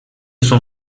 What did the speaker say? sont